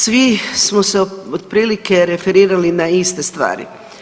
Svi smo se otprilike referirali na iste stvari.